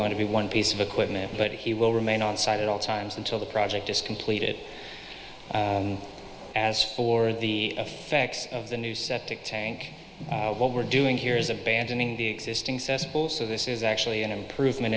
going to be one piece of equipment but he will remain on site at all times until the project is completed as for the effects of the new septic tank what we're doing here is abandoning the existing cesspool so this is actually an improvement